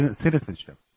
citizenship